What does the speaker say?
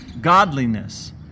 godliness